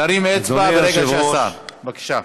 להרים אצבע, ברגע שהשר, בבקשה,